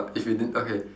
if you didn~ okay